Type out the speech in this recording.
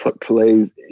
plays